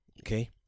okay